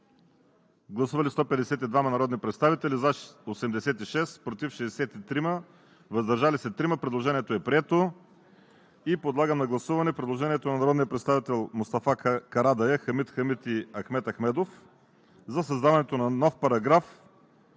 Гласували 157 народни представители: за 19, против 135, въздържали се 3. Предложението не е прието. Подлагам на гласуване предложението на народните представители Мустафа Карадайъ, Хамид Хамид и Ахмед Ахмедов за създаването на нов параграф